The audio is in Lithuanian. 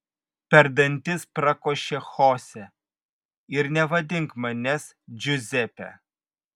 per dantis prakošė chose ir nevadink manęs džiuzepe